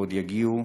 ועוד יגיעו